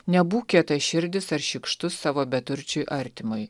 nebūk kietaširdis ar šykštus savo beturčiui artimui